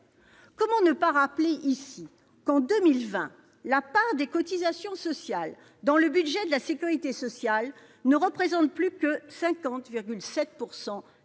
Comment ne pas rappeler ici que, en 2020, la part des cotisations sociales dans le budget de la sécurité sociale ne représente plus que 50,7 % des